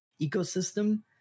ecosystem